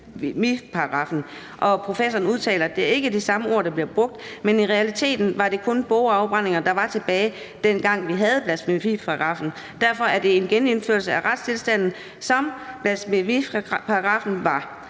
Professoren udtaler: »Det er ikke de samme ord, der bliver brugt, men i realiteten var det kun bogafbrændinger, der var tilbage, dengang vi havde blasfemiparagraffen. Derfor er det en genindførelse af retstilstanden, som blasfemiparagraffen var.«